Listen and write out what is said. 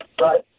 Right